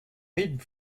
reed